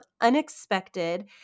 unexpected